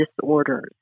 disorders